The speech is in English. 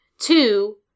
Two